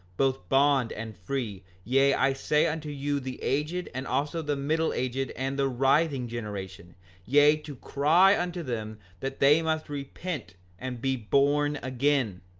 both bond and free yea, i say unto you the aged, and also the middle aged, and the rising generation yea, to cry unto them that they must repent and be born again.